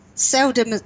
Seldom